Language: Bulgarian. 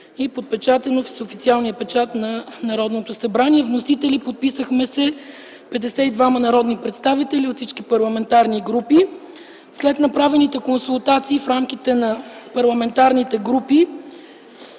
е подпечатано с официалния печат на Народното събрание.” Като вносители сме се подписали 52 народни представители от всички парламентарни групи. След направените консултации в рамките на парламентарните групи